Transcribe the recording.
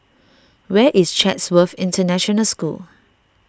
where is Chatsworth International School